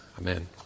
amen